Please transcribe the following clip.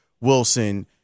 Wilson